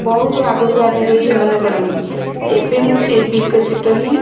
ବହୁତ ଆଗକୁ ଆଜିର ଝିଅମାନେ ଗଲେଣି ଏବେ ମୁଁ ସେଇ ବିକାଶିତ ହିଁ